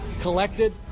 collected